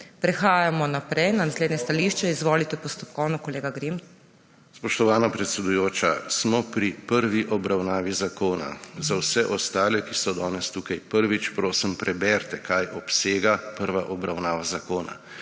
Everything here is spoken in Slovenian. Prehajamo naprej na naslednje stališče. Izvolite, postopkovno, kolega Grims. MAG. BRANKO GRIMS: Spoštovana predsedujoča, smo pri prvi obravnavi zakona. Za vse ostale, ki so danes tukaj prvič, prosim, preberite, kaj obsega prva obravnava zakona.